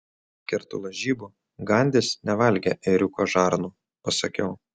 kertu lažybų gandis nevalgė ėriuko žarnų pasakiau